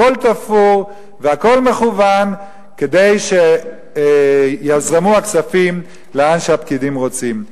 הכול תפור והכול מכוון כדי שיזרמו הכספים לאן שהפקידים רוצים.